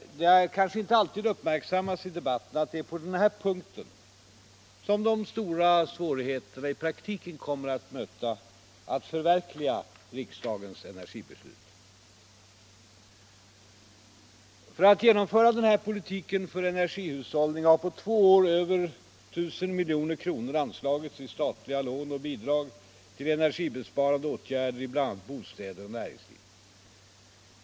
Det har inte alltid uppmärksammats i debatten att det är på den punkten som de stora svårigheterna kommer att möta när man skall förverkliga riksdagens energibeslut. För att genomföra denna politik för energihushållning har på två år över 1 000 milj.kr. anslagits i statliga lån och bidrag till energibesparande åtgärder i bl.a. bostäder och näringsliv.